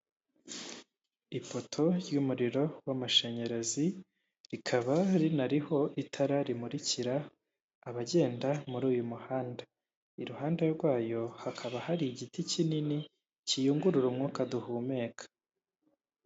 Ipoto y'umuriro w'amashanyarazi rikaba rinariho itara rimurikira abagenda muri uyu muhanda, iruhande rwayo hakaba hari igiti kinini kiyungurura umwuka duhumeka.